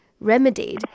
remedied